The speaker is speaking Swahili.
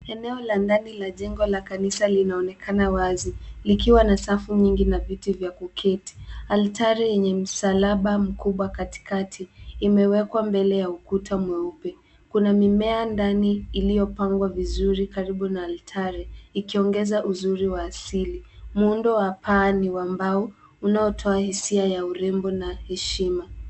Eneo la ndani la jengo la kanisa linaonekana wazi likiwa na safu nyingi na viti vya kuketi. Alter yenye msalaba mkubwa katikati imewekwa mbele ya ukuta mweupe. Kuna mimea ndani iliyopangwa vizuri karibu na alter ikiongeza uzuri wa asili. Muundo wa paa ni wa mbao unaotoa hisia ya urembo na heshima.